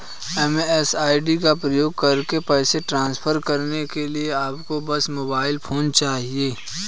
MMID का उपयोग करके पैसे ट्रांसफर करने के लिए आपको बस मोबाइल फोन चाहिए